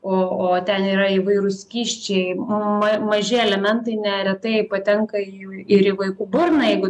o o ten yra įvairūs skysčiai ma maži elementai neretai patenka į jų ir į vaikų burną jeigu